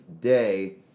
day